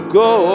go